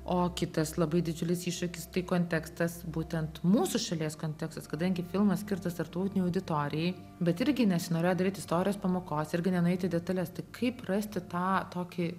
o kitas labai didžiulis iššūkis tai kontekstas būtent mūsų šalies kontekstas kadangi filmas skirtas tarptautinei auditorijai bet irgi nesinorėjo daryt istorijos pamokos irgi nenueit į detales tai kaip rasti tą tokį